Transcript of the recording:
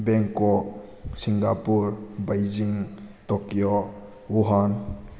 Bangkok Singapore Beijing Tokyo Wuhan